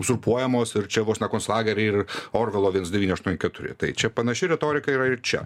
uzurpuojamos ir čia vos ne konclageriai ir orvelo viens devyni aštuoni keturi tai čia panaši retorika yra ir čia